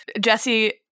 jesse